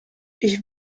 ich